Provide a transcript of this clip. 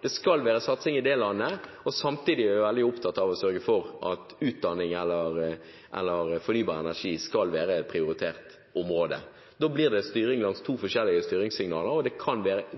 det skal være satsing i det landet, og samtidig er veldig opptatt av å sørge for at utdanning eller fornybar energi skal være et prioritert område. Da blir det styring langs to forskjellige styringssignaler, og